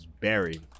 Barry